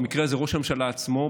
במקרה הזה ראש הממשלה עצמו,